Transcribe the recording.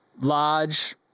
large